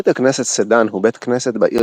בית הכנסת סדאן הוא בית כנסת בעיר